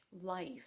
life